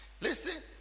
Listen